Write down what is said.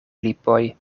lipoj